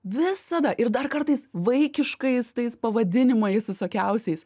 visada ir dar kartais vaikiškais tais pavadinimais visokiausiais